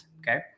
Okay